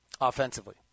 offensively